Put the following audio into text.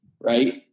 right